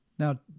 Now